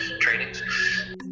trainings